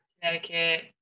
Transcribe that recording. Connecticut